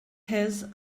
has